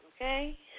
okay